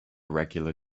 regular